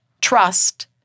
Trust